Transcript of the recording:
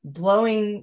blowing